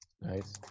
Nice